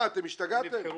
מה, השתגעתם?